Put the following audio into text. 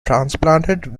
transplanted